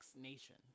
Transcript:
Nation